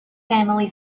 family